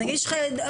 נגיד שיש לך אסמס.